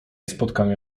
spotkania